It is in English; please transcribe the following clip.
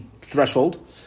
threshold